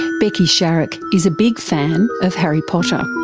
becky sharrock is a big fan of harry potter.